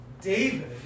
David